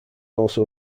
also